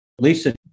Lisa